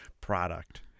product